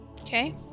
Okay